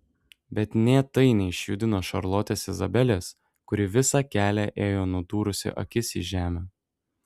bet nė tai neišjudino šarlotės izabelės kuri visą kelią ėjo nudūrusi akis į žemę